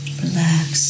relax